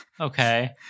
Okay